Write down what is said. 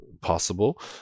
possible